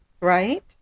Right